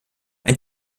ein